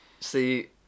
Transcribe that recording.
See